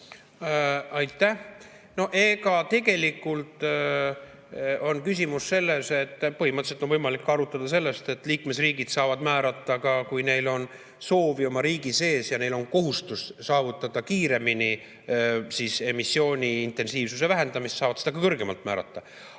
Aitäh! No tegelikult on küsimus selles, et põhimõtteliselt on võimalik arutada selle üle, et liikmesriigid saavad oma riigi sees, kui neil on soovi ja neil on kohustus saavutada kiiremini emissiooni intensiivsuse vähendamist, seda kõrgemaks määrata.